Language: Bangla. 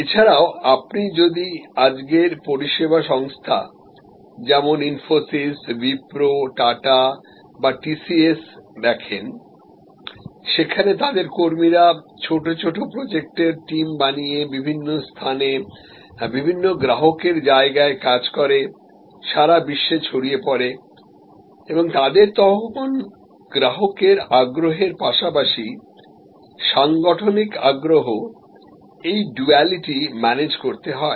এছাড়াও আপনি যদি আজকের পরিষেবা সংস্থা যেমন ইনফোসিস উইপ্রো টাটা বা টিসিএস দেখেন যেখানে তাদের কর্মীরা ছোট ছোট প্রোজেক্টের টিম বানিয়ে বিভিন্ন স্থানে বিভিন্ন গ্রাহকের জায়গায় কাজ করে সারা বিশ্বে ছড়িয়ে পড়ে এবং তাদের তখন গ্রাহকের আগ্রহের পাশাপাশি সাংগঠনিক আগ্রহ এই ডুয়ালিটি ম্যানেজ করতে হয়